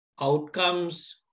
outcomes